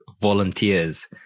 volunteers